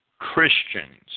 Christians